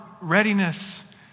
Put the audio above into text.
readiness